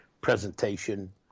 presentation